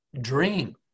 dream